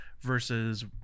versus